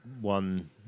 one